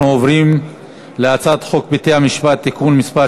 אנחנו עוברים להצעת חוק בתי-המשפט (תיקון מס'